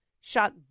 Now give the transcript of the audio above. shot